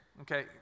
Okay